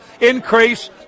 increase